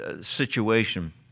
situation